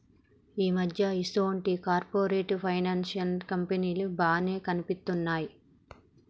ఈ మధ్య ఈసొంటి కార్పొరేట్ ఫైనాన్స్ కంపెనీలు బానే కనిపిత్తున్నయ్